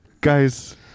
Guys